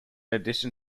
addition